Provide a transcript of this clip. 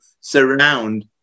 surround